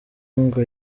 ngo